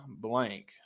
Blank